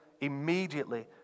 immediately